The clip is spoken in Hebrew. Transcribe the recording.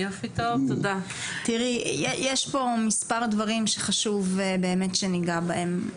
יש פה מספר דברים שחשוב שניגע בהם.